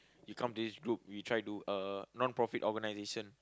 you come to this group you try to uh non-profit-organisation